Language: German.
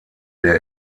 der